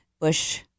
bush